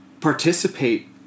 participate